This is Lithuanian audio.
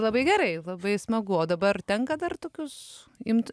labai gerai labai smagu o dabar tenka dar tokius imt